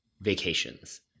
vacations